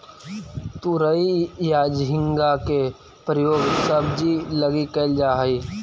तुरई या झींगा के प्रयोग सब्जी लगी कैल जा हइ